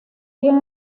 bien